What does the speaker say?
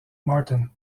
martin